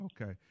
Okay